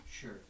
sure